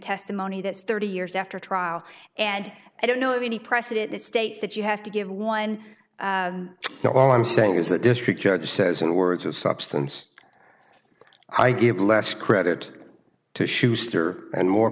testimony that's thirty years after trial and i don't know of any precedent that states that you have to give one now all i'm saying is that district judge says in the words of substance i give less credit to schuster and more